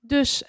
Dus